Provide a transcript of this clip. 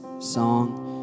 song